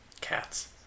cats